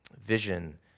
vision